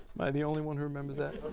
am i the only one who remembers that.